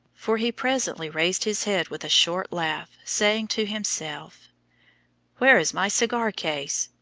for he presently raised his head with a short laugh, saying to himself where is my cigar-case?